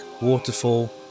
waterfall